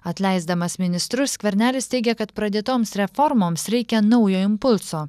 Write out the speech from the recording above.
atleisdamas ministrus skvernelis teigė kad pradėtoms reformoms reikia naujo impulso